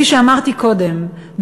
כפי שאמרתי קודם,